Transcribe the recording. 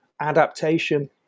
adaptation